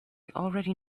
already